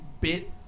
Bit